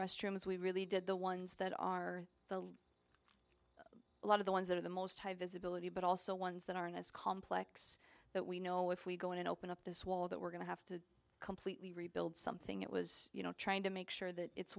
restrooms we really did the ones that are the a lot of the ones that are the most high visibility but also ones that aren't as complex but we know if we go in and open up this wall that we're going to have to completely rebuild something it was you know trying to make sure that it's